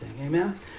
Amen